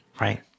Right